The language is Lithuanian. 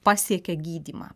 pasiekia gydymą